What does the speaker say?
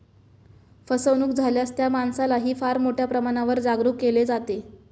फसवणूक झाल्यास त्या माणसालाही फार मोठ्या प्रमाणावर जागरूक केले जाते